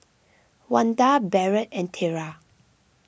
Wanda Barrett and Tera